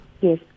Yes